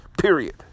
period